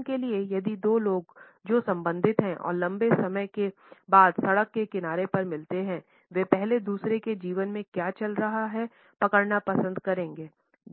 उदाहरण के लिए यदि दो लोग जो संबंधित हैं और लंबे समय के बाद सड़क के किनारे पर मिलते हैं वे पहले दूसरों के जीवन में क्या चल रहा है पकड़ना पसंद करेंगे